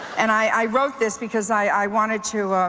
and i wrote this because i wanted to